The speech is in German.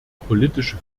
politische